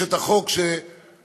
יש את החוק שהוגש,